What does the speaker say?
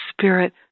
Spirit